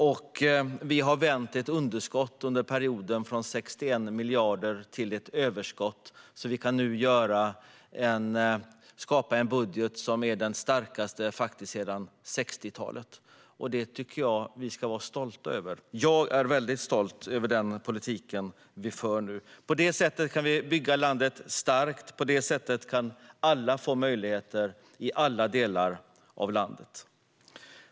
Och vi har under perioden vänt ett underskott på 61 miljarder till ett överskott, så att vi nu kan skapa en budget som är den starkaste sedan 1960-talet. Det tycker jag att vi ska vara stolta över. Jag är väldigt stolt över den politik som vi nu för. På detta sätt kan vi bygga landet starkt, och på detta sätt kan alla få möjligheter i alla delar av landet.